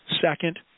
Second